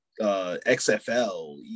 XFL